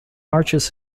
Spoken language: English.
arches